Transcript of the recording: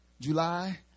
July